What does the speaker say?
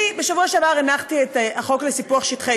בשבוע שעבר הנחתי את החוק לסיפוח שטחי